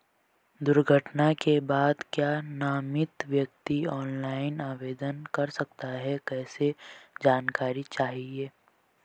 दुर्घटना के बाद क्या नामित व्यक्ति ऑनलाइन आवेदन कर सकता है कैसे जानकारी चाहिए?